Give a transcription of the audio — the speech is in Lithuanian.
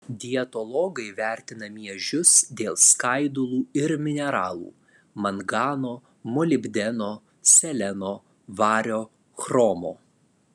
dietologai vertina miežius dėl skaidulų ir mineralų mangano molibdeno seleno vario chromo